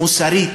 מוסרית,